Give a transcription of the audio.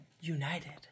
United